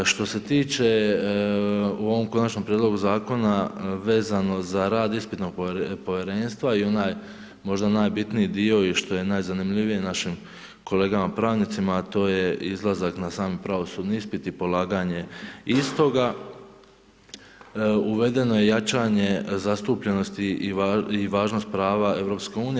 Što se tiče u ovom konačnom prijedlogu zakona vezano za rad ispitnog povjerenstva i onaj možda najbitniji dio i što je najzanimljivije našim kolegama pravnicima a to je izlazak na sam pravosudni ispit i polaganje istoga, uvedeno je jačanje i zastupljenosti i važnost prava EU.